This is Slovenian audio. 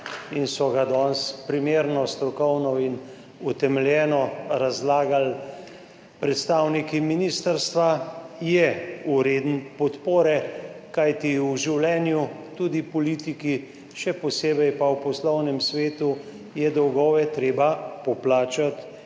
in so ga danes primerno strokovno in utemeljeno razlagali predstavniki ministrstva, je vreden podpore, kajti v življenju, tudi politiki, še posebej pa v poslovnem svetu je dolgove treba poplačati